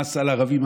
מס על ערבים,